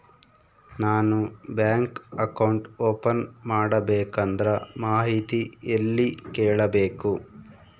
ನಾನು bank account open ಮಾಡಬೇಕಂದ್ರ ಮಾಹಿತಿ ಎಲ್ಲಿ ಕೇಳಬೇಕು?